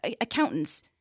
accountants